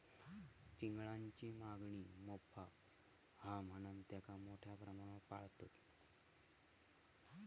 चिंगळांची मागणी मोप हा म्हणान तेंका मोठ्या प्रमाणावर पाळतत